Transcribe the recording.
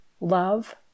love